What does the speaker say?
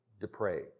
depraved